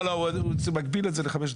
הוא מגביל את זה לחמש דקות.